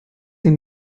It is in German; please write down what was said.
ihn